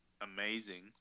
amazing